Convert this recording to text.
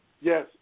Yes